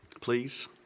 Please